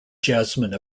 jasmine